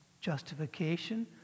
justification